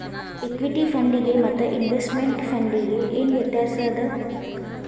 Equity ಫಂಡಿಗೆ ಮತ್ತ investment ಫಂಡಿಗೆ ಏನ್ ವ್ಯತ್ಯಾಸದ?